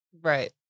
right